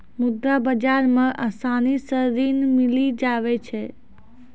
मुद्रा बाजार मे आसानी से ऋण मिली जावै छै